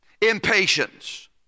Impatience